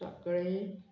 साकळे